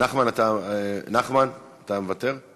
נחמן, אתה מוותר?